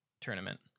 tournament